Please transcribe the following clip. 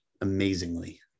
amazingly